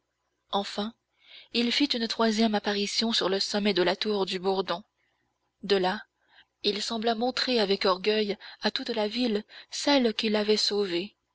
enfin il fit une troisième apparition sur le sommet de la tour du bourdon de là il sembla montrer avec orgueil à toute la ville celle qu'il avait sauvée